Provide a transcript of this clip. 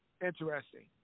interesting